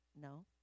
No